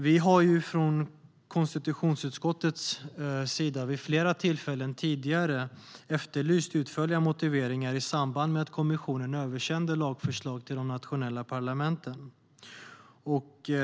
Vi har ju från konstitutionsutskottets sida vid flera tillfällen tidigare efterlyst utförliga motiveringar i samband med att kommissionen översänder lagförslag till de nationella parlamenten.